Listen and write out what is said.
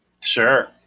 Sure